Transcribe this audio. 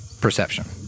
Perception